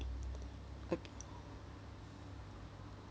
uh